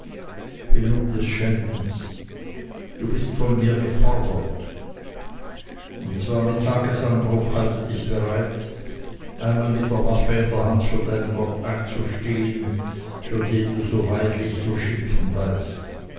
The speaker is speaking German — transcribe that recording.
genug des scheltens du bist von mir gefordert und zwar mit tagesanbruch halte dich bereit einmal mit der waffe in der hand für deinen gott einzustehen für den du so weidlich zu schimpfen weißt